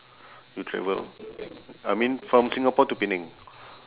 you travel I mean from singapore to penang